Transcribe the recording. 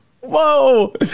Whoa